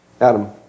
Adam